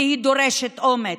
והיא דורשת אומץ.